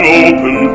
open